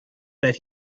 that